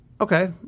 Okay